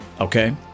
Okay